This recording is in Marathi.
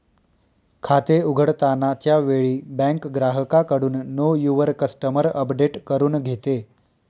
खाते उघडताना च्या वेळी बँक ग्राहकाकडून नो युवर कस्टमर अपडेट करून घेते